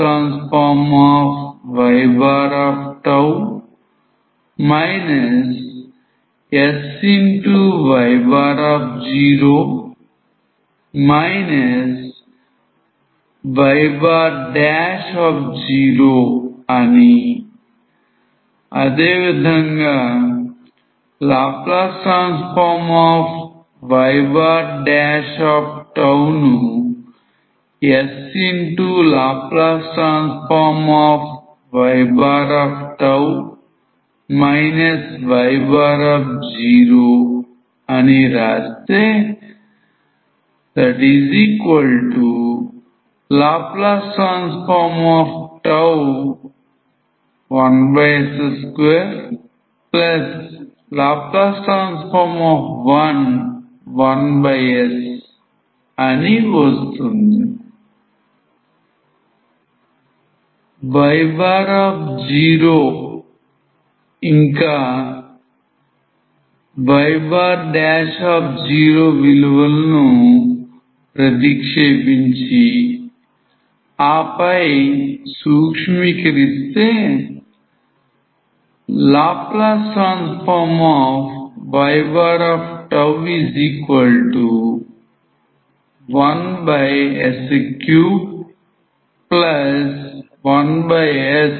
y0 ఇంకా y0 విలువలను ప్రతిక్షేపించి ఆపై సూక్ష్మీకరిస్తే Ly1s31s అని వస్తుంది